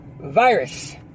virus